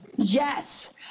Yes